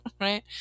right